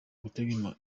gutega